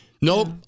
nope